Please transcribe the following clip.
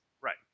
Right